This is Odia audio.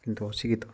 କିନ୍ତୁ ଅଶିକ୍ଷିତ